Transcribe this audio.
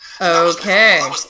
Okay